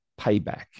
payback